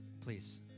please